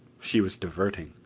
she was diverting.